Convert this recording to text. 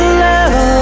love